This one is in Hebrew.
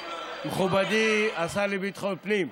מכובדי השר לביטחון פנים,